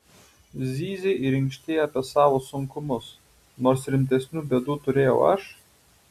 zyzei ir inkštei apie savo sunkumus nors rimtesnių bėdų turėjau aš